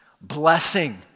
Blessing